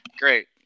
Great